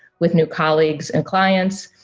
with new colleagues and clients,